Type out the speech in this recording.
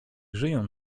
żyją